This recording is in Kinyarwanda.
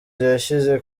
yashyize